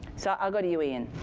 so i'll go to you, ian.